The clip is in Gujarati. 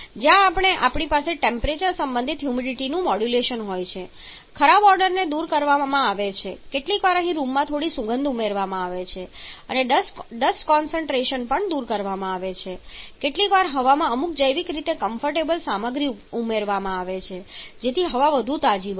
જ્યાં આપણી પાસે ટેમ્પરેચર સંબંધિત હ્યુમિડિટીનું મોડ્યુલેશન હોય છે ખરાબ ઓડોર ને પણ દૂર કરવામાં આવે છે કેટલીકવાર અહીં રૂમમાં થોડી સુગંધ ઉમેરવામાં આવે છે અને ડસ્ટ કોન્સન્ટ્રેશન પણ દૂર કરવામાં આવે છે કેટલીકવાર હવામાં અમુક જૈવિક રીતે કમ્ફર્ટેબલ સામગ્રી ઉમેરવામાં આવે છે જેથી હવા વધુ તાજી બને